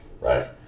Right